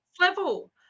level